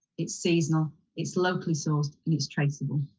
it's seasonal, it's locally sourced, and it's traceable.